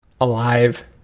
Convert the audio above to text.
alive